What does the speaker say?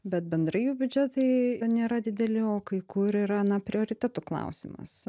bet bendrai jų biudžetai nėra dideli o kai kur yra na prioritetų klausimas